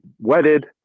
wedded